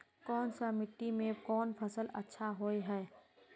कोन सा मिट्टी में कोन फसल अच्छा होय है?